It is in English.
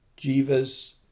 Jiva's